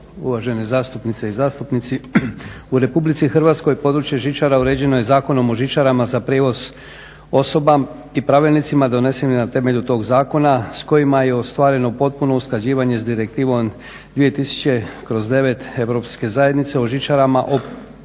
Uvažene zastupnice i zastupnici. U Republici Hrvatskoj područje žičara uređeno je Zakonom o žičarama za prijevoz osoba i pravilnicima donesenim na temelju tog zakona s kojima je ostvareno potpuno usklađivanje s Direktivom 2000/9 Europske zajednice o žičarama za